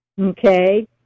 Okay